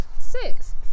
Six